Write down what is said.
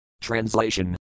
Translation